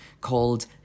called